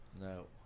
no